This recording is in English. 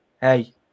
Hey